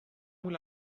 will